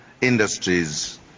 industries